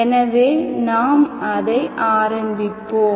எனவே நாம் அதை ஆரம்பிப்போம்